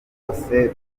bose